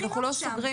אנחנו לא סוגרים.